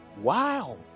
Wow